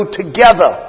together